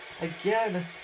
again